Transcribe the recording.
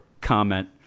comment